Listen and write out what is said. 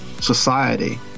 society